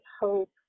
hope